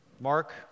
Mark